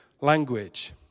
language